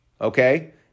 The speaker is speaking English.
Okay